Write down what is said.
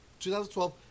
2012